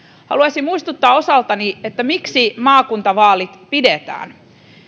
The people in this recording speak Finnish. haluaisin muistuttaa osaltani miksi maakuntavaalit pidetään